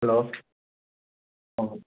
hello ꯑꯥ